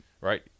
right